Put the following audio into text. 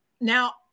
Now